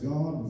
God